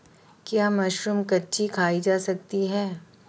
क्या मशरूम कच्ची खाई जा सकती है?